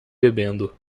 bebendo